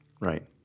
right